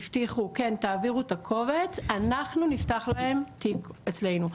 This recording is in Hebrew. הבטיחו כן תעבירו את הקובץ אנחנו נפתח להם תיק אצלנו.